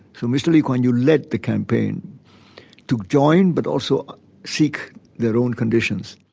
so mr lee kuan yew led the campaign to join, but also seek their own conditions.